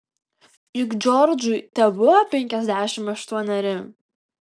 juk džordžui tebuvo penkiasdešimt aštuoneri